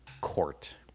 court